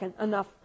enough